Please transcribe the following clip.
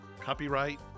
Copyright